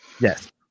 Yes